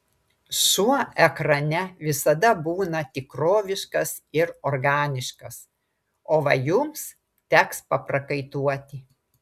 šuo ekrane visada būna tikroviškas ir organiškas o va jums teks paprakaituoti